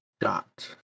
dot